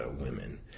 women